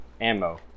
ammo